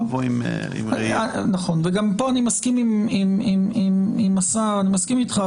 אני מסכים אתך,